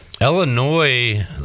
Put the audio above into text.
Illinois